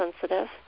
sensitive